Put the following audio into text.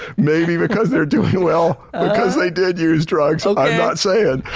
maybe because they're doing well because they did use drugs, i'm not saying.